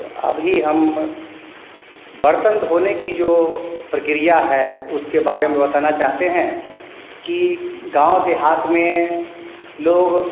तो अभी हम बर्तन धोने की जो प्रक्रिया है उसके बारे में बताना चाहते हैं कि गाँव देहात में लोग